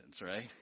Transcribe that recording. right